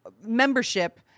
membership